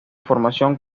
formación